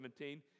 17